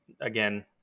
again